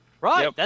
Right